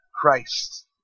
Christ